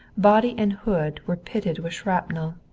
body and hood were pitted with shrapnel.